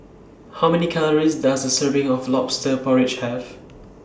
How Many Calories Does A Serving of Lobster Porridge Have